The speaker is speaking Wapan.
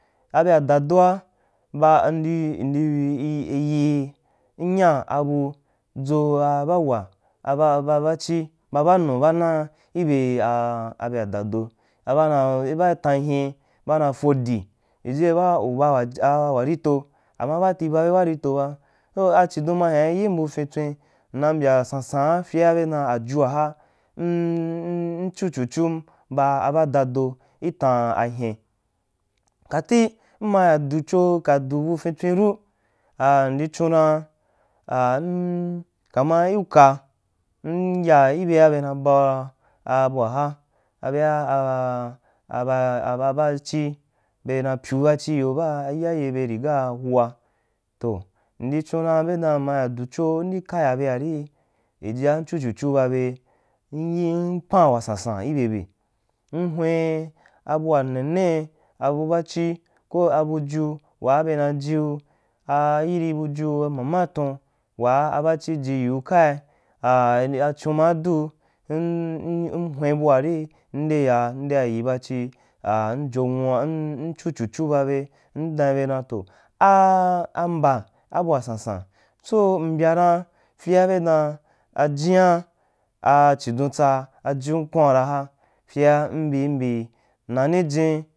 Abea da doa ba mnya ebu dʒjo a bauwa, abachiba bannu ba na ibe a beadado abana a bai tan byen ba na fodi yie ba una warito, ama baati babe warito ba so a chidon ma hyain yin abu fintswin m na inbu sansan fyea be dan ajua ha m m m chu chu chu, ba ba dado ki tan hyen kati m ma hya du cho ka du bu finstwen ru a a nndi chon dam ka ma i uka m ya ibea be na bau a buaha, abea a a a abachi be na pyu bachiyo baa iyaye be rigahua toh mdi chondara bedan mma hyen du cho m kaya beari jiyia m chu chu chu ba be m pan wasan san ibe be m hwen a bua nene abu bachi ko abuju waa bera jiu ahi buju mamatun waa a bachi jijiu kai aa achun maa du mmm hwen buari m m ndeya mdeya yi ba chi aa mjonwua m chu chu chu ba be, m dan yibe to a amba abua sansan so mbya da fyea be dan ajian aa chidon tsa ajum kwaon ra ha fyea mbi mbi nanijin.